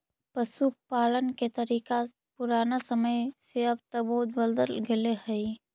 पशुपालन के तरीका पुराना समय से अब तक बहुत बदल गेले हइ